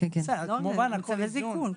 כמובן הכול באיזון.